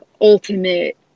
ultimate